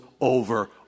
over